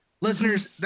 Listeners